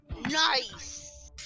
Nice